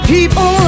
People